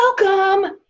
welcome